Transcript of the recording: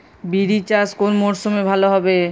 বিরি চাষ কোন মরশুমে ভালো হবে?